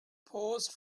paused